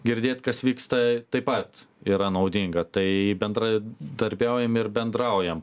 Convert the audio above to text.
girdėt kas vyksta taip pat yra naudinga tai bendradarbiaujam ir bendraujam